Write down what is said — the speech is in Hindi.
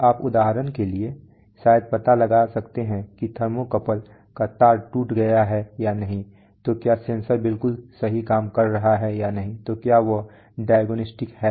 तो आप उदाहरण के लिए शायद पता लगा सकते हैं कि थर्मोकपल का तार टूट गया है या नहीं तो क्या सेंसर बिल्कुल काम कर रहा है तो क्या वह डायग्नोस्टिक्स है